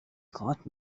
caught